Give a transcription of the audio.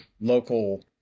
local